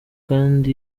kunda